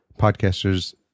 podcasters